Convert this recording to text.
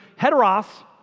Heteros